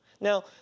Now